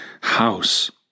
house